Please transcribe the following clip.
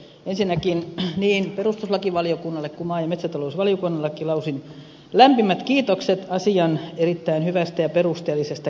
ensinnäkin niin perustuslakivaliokunnalle kuin maa ja metsätalousvaliokunnallekin lausuisin lämpimät kiitokset asian erittäin hyvästä ja perusteellisesta käsittelystä